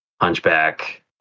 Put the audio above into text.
Hunchback